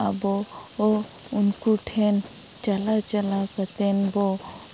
ᱟᱵᱚ ᱩᱱᱠᱩᱴᱷᱮᱱ ᱪᱟᱞᱟᱣ ᱪᱟᱞᱟᱣ ᱠᱟᱛᱮᱫᱵᱚ